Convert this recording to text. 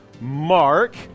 Mark